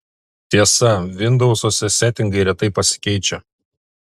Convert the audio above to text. tiesa vindousuose setingai retai pasikeičia